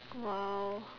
!wow!